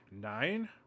Nine